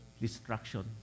destruction